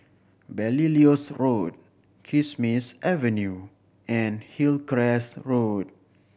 Belilios Road Kismis Avenue and Hillcrest Road